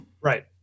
Right